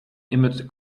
image